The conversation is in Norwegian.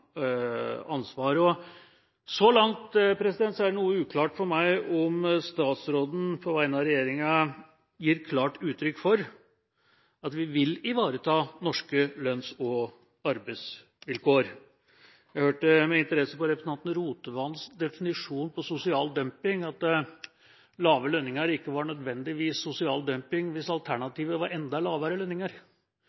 ansvar. Så langt er det noe uklart for meg om statsråden på vegne av regjeringa gir klart uttrykk for at vi vil ivareta norske lønns- og arbeidsvilkår. Jeg hørte med interesse på representanten Rotevatns definisjon på sosial dumping, at lave lønninger ikke nødvendigvis var sosial dumping hvis